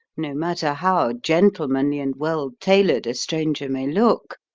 no matter how gentlemanly and well-tailored a stranger may look,